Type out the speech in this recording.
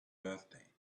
birthday